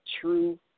true